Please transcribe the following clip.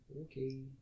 Okay